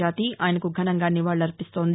జాతి ఆయనకు ఘనంగా నివాళులర్పిస్తోంది